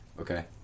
okay